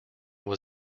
was